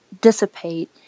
dissipate